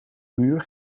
muur